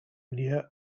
near